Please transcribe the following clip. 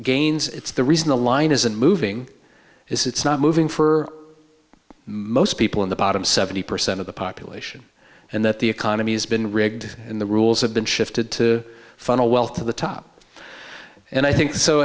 gains it's the reason the line isn't moving it's not moving for most people in the bottom seventy percent of the population and that the economy has been rigged and the rules have been shifted to funnel wealth to the top and i think